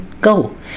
go